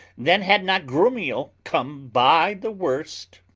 then had not grumio come by the worst.